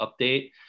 update